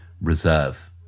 reserve